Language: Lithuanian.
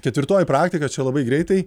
ketvirtoji praktika čia labai greitai